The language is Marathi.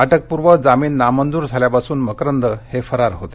अटकपूर्व जामीन नामंजूर झाल्यापासून मकरंद हे फरार होते